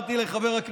אבל זה קרה ככה, וחבל.